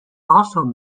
also